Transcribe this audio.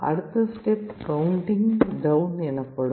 அடுத்த step counting down எனப்படும்